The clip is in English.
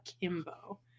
kimbo